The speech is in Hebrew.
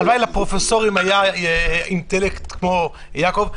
הלוואי לפרופסורים היה אינטלקט כמו ליעקב.